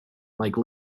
like